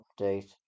update